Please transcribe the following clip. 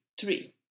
three